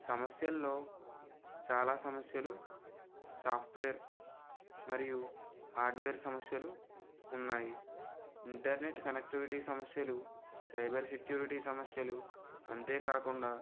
సమస్యల్లో చాలా సమస్యలు సాఫ్ట్వేర్ మరియు హార్డ్వేర్ సమస్యలు ఉన్నాయి ఇంటర్నెట్ కనెక్టివిటీ సమస్యలు సైబర్ సెక్యూరిటీ సమస్యలు అంతేకాకుండా